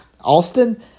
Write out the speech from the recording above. Austin